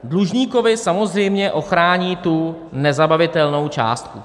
Dlužníkovi samozřejmě ochrání tu nezabavitelnou částku.